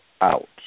out